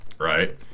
right